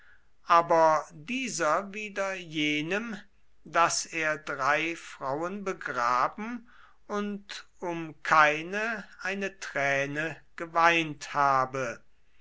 und dieser wieder jenem daß er drei frauen begraben und um keine eine träne geweint habe